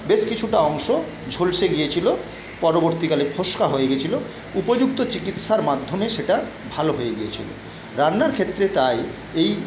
বেশ কিছুটা অংশ ঝলসে গিয়েছিলো পরবর্তীকালে ফোসকা হয়ে গিয়েছিলো উপযুক্ত চিকিৎসার মাধ্যমে সেটা ভালো হয়ে গিয়েছিল রান্নার ক্ষেত্রে তাই এই